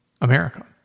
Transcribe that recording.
America